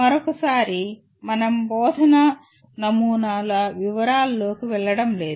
మరోసారి మనం బోధన నమూనాల వివరాలలోకి వెళ్ళడం లేదు